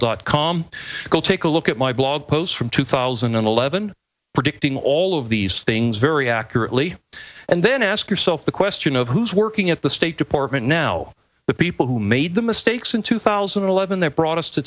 dot com we'll take a look at my blog post from two thousand and eleven predicting all of these things very accurately and then ask yourself the question of who's working at the state department now the people who made the mistakes in two thousand and eleven that brought us to